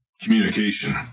communication